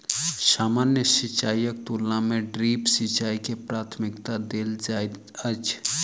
सामान्य सिंचाईक तुलना मे ड्रिप सिंचाई के प्राथमिकता देल जाइत अछि